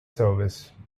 service